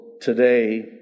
today